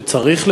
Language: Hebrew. שצריך,